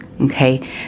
Okay